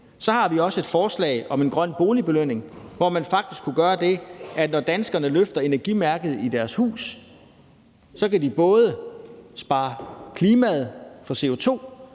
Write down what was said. Så har vi også et forslag om en grøn boligbelønning, hvor man faktisk kunne gøre det, at når danskerne løfter energimærket i deres hus, kan de både spare klimaet for CO2